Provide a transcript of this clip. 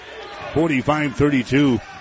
45-32